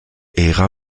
ära